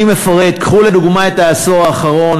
אני מפרט: קחו לדוגמה את העשור האחרון,